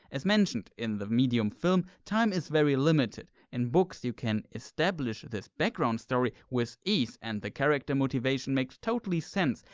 as mentioned in the medium film, time is very limited. in books you can establish this background story with ease and the character motivation makes totally sense,